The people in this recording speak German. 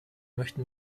möchten